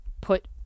put